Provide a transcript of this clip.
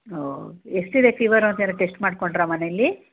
ಓ ಎಷ್ಟಿದೆ ಫೀವರ್ ಅಂತೇನಾದ್ರು ಟೆಸ್ಟ್ ಮಾಡಿಕೊಂಡ್ರಾ ಮನೆಯಲ್ಲಿ